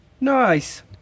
Nice